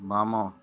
ବାମ